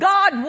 God